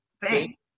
thank